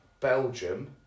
Belgium